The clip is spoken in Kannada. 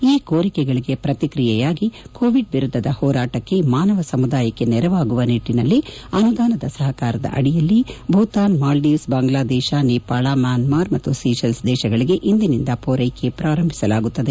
ಈ ಕೋರಿಕೆಗಳಿಗೆ ಪ್ರತಿಕ್ರಿಯೆಯಾಗಿ ಕೋವಿಡ್ ವಿರುದ್ದದ ಹೋರಾಟಕ್ಕೆ ಮಾನವ ಸಮುದಾಯಕ್ಕೆ ನೆರವಾಗುವ ನಿಟ್ಟನಲ್ಲಿ ಅನುದಾನದ ಸಹಕಾರದ ಅಡಿಯಲ್ಲಿ ಭೂತಾನ್ ಮಾಲ್ದೀವ್ಸ್ ಬಾಂಗ್ಲಾದೇಶ ನೇಪಾಳ ಮ್ಯಾನ್ಸಾರ್ ಮತ್ತು ಸೀಶೆಲ್ಸ್ ದೇಶಗಳಿಗೆ ಇಂದಿನಿಂದ ಪೂರ್ನೆಕೆ ಪ್ರಾರಂಭಿಸಲಾಗುತ್ತದೆ